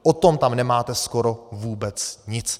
O tom tam nemáte skoro vůbec nic.